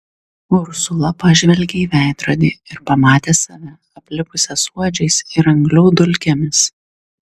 ursula pažvelgė į veidrodį ir pamatė save aplipusią suodžiais ir anglių dulkėmis